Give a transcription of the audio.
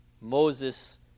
Moses